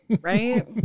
right